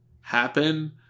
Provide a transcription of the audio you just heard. happen